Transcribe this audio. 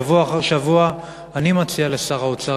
שבוע אחר שבוע אני מציע לשר האוצר,